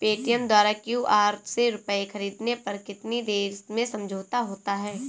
Paytm द्वारा QR से रूपए ख़रीदने पर कितनी देर में समझौता होता है?